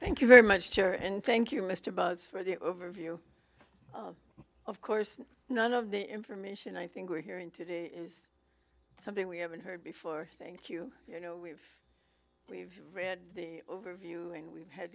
thank you very much chair and thank you mr buzz for the overview of course none of the information i think we're hearing today is something we haven't heard before thank you you know we've we've read the overview and we've had